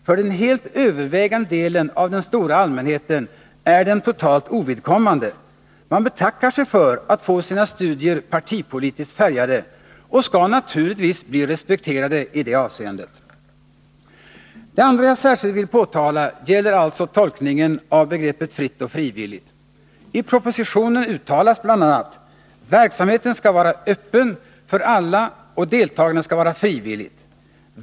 För den helt övervägande delen av den stora allmänheten är den totalt ovidkommande — man betackar sig för att få sina studier partipolitiskt färgade och skall naturligtvis bli respekterade i det avseendet. Det andra jag särskilt vill påtala gäller alltså tolkningen av begreppet fritt och frivilligt. I propositionen säger utbildningsministern bl.a.: ”Verksamheten skall vara öppen för alla och deltagandet skall vara frivilligt.